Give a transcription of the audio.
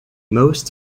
most